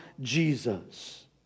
Jesus